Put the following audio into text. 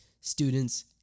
students